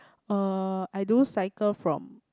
uh I do cycle from